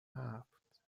هفت